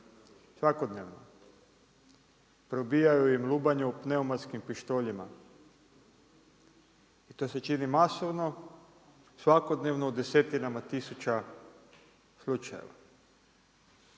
svakodnevno. Probijaju im lubanju pneumatskim pištoljima. To se čini masovno, svakodnevno u desetinama, tisuća slučajeva.